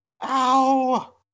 Ow